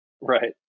Right